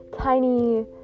tiny